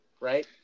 Right